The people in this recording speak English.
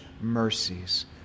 mercies